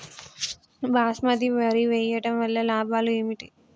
బాస్మతి వరి వేయటం వల్ల లాభాలు ఏమిటి?